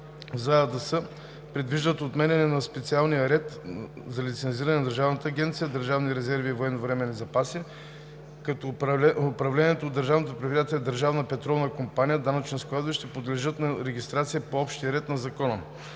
складове предвиждат отменяне на специалния ред за лицензиране на Държавна агенция „Държавен резерв и военновременни запаси“, като управляваните от Държавно предприятие „Държавна петролна компания“ данъчни складове ще подлежат на регистрация по общия ред на Закона.